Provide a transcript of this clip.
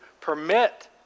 permit